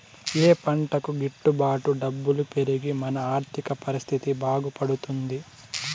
ఏ పంటకు గిట్టు బాటు డబ్బులు పెరిగి మన ఆర్థిక పరిస్థితి బాగుపడుతుంది?